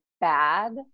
bad